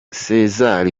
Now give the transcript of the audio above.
césar